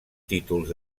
títols